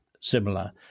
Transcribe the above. similar